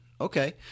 Okay